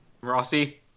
Rossi